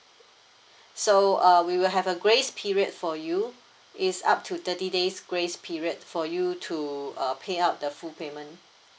so uh we will have a grace period for you is up to thirty days grace period for you to uh pay up the full payment